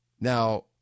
Now